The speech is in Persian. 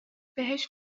بهش